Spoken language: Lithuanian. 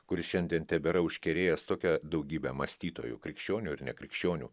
kuris šiandien tebėra užkerėjęs tokią daugybę mąstytojų krikščionių ir nekrikščionių